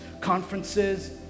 conferences